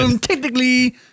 technically